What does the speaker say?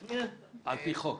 משכורת, על פי חוק.